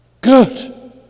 Good